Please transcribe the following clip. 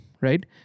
Right